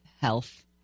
health